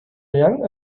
young